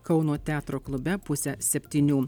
kauno teatro klube pusę septynių